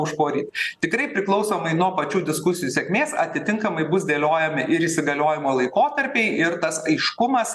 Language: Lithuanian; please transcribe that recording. užporyt tikrai priklausomai nuo pačių diskusijų sėkmės atitinkamai bus dėliojami ir įsigaliojimo laikotarpiai ir tas aiškumas